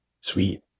sweet